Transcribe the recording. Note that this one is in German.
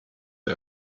der